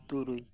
ᱛᱩᱨᱩᱭ